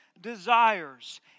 desires